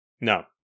No